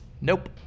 Nope